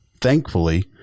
thankfully